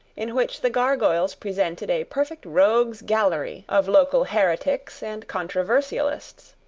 in which the gargoyles presented a perfect rogues' gallery of local heretics and controversialists.